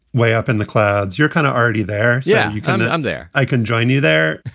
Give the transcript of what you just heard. way up in the clouds. you're kind of already there. yeah, you kind of. i'm there. i can join you there.